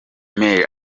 male